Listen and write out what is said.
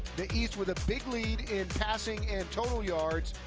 the east with a big lead in passing in total yards,